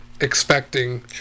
expecting